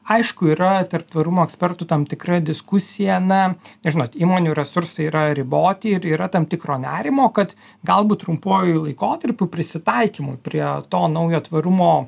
aišku yra tarp tvarumo ekspertų tam tikra diskusija na žinot įmonių resursai yra riboti ir yra tam tikro nerimo kad galbūt trumpuoju laikotarpiu prisitaikymui prie to naujo tvarumo